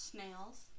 Snails